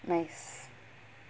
nice